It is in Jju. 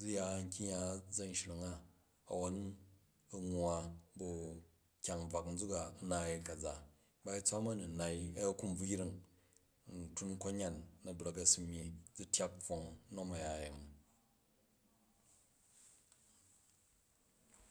zi ya nkyang ya a̱za̱nshing a, awowo u̱ nwa bu kyang bvak nzuk a u̱ naai ka̱za, ba tswam a̱ni nai, a̱ ku̱rkvuyning, n tuna koyam na̱ bra̱k a̱ si myyi n tyak pfong nom u̱ya yemi